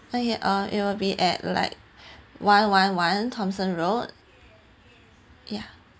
okay uh it will be at like one one one thomson road ya